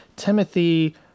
Timothy